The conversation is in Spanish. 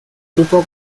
grupo